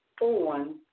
on